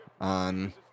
on